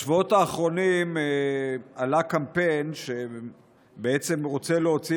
בשבועות האחרונים עלה קמפיין שבעצם רוצה להוציא